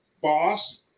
boss